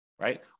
right